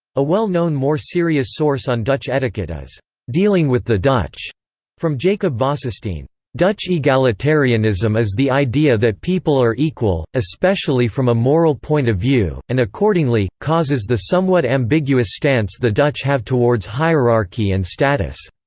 a well known more serious source on dutch etiquette is dealing with the dutch from jacob vossestein dutch egalitarianism is the idea that people are equal, especially from a moral point of view, and accordingly, causes the somewhat ambiguous stance the dutch have towards hierarchy and status.